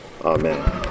Amen